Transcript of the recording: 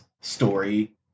story